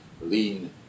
lean